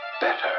better